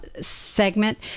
segment